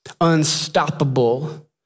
unstoppable